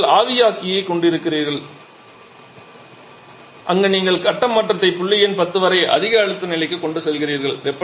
பின்னர் நீங்கள் ஆவியாக்கியைக் கொண்டிருக்கிறீர்கள் அங்கு நீங்கள் கட்ட மாற்றத்தை புள்ளி எண் 10 வரை அதிக அழுத்த நிலைக்கு கொண்டு செல்கிறீர்கள்